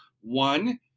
one